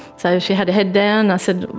so she had her head down. i said,